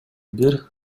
бир